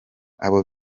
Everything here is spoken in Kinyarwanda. abo